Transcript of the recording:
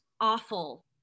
awful